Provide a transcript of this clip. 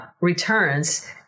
returns